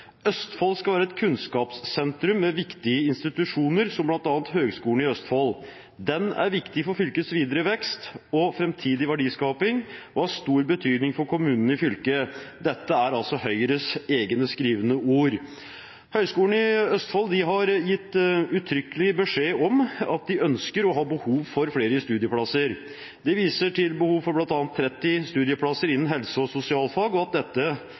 Østfold Høyres hjemmesider kan vi lese følgende: «Østfold skal være et kunnskapssentrum med viktige institusjoner som blant annet Høgskolen i Østfold. Den er viktig for fylkets videre vekst og fremtidige verdiskaping og har stor betydning for kommunene i fylket Dette er altså Høyres egne skrevne ord. Høgskolen i Østfold har gitt uttrykkelig beskjed om at de ønsker og har behov for flere studieplasser. De viser til behov for bl.a. 30 studieplasser innen helse- og sosialfag, og at dette